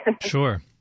Sure